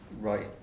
right